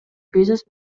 бизнес